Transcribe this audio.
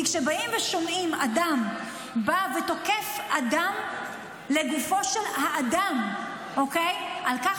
כי כשבאים ושומעים אדם בא ותוקף אדם לגופו של האדם על כך